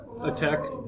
attack